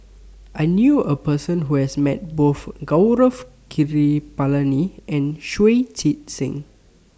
I knew A Person Who has Met Both Gaurav Kripalani and Shui Tit Sing